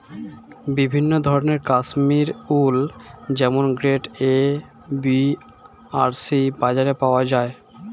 বিভিন্ন ধরনের কাশ্মীরি উল যেমন গ্রেড এ, বি আর সি বাজারে পাওয়া যায়